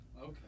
Okay